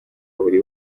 buri